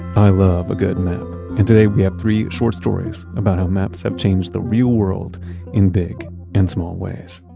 i love a good map and today we have three short stories about how maps have changed the real world in big and small ways